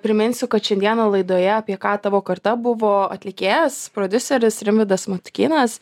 priminsiu kad šiandieną laidoje apie ką tavo karta buvo atlikėjas prodiuseris rimvydas matukynas